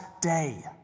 day